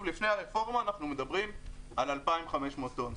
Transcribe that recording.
לפני הרפורמה אנחנו מדברים על 2,500 טון.